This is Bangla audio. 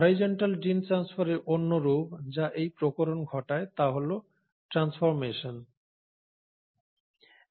হরাইজন্টাল জিম ট্রানস্ফারের অন্য রূপ যা এই প্রকরণ ঘটায় তা হল ট্রানসফর্মেশন